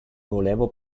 volevo